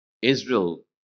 Israel